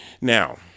now